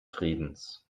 friedens